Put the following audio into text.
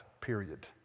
period